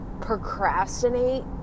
procrastinate